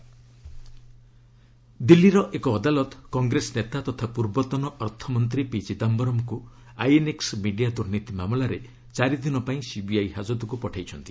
CBI Chidambaram ଦିଲ୍ଲୀର ଏକ ଅଦାଲତ କଂଗ୍ରେସ ନେତା ତଥା ପୂର୍ବତନ ଅର୍ଥମନ୍ତ୍ରୀ ପି ଚିଦାମ୍ଘରମ୍ଙ୍କୁ ଆଇଏନ୍ଏକ୍ ମିଡିଆ ଦୁର୍ନୀତି ମାମଲାରେ ଚାରି ଦିନ ପାଇଁ ସିବିଆଇ ହାଜତକୁ ପଠାଇଛନ୍ତି